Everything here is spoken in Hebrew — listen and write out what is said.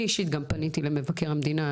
אני אישית גם פניתי למבקר המדינה,